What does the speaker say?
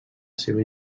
seva